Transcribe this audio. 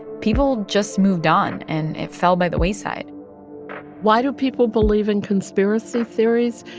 people just moved on. and it fell by the wayside why do people believe in conspiracy theories?